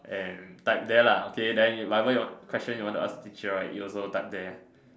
and type there lah okay then you whatever you want question you want to ask teacher right you also type there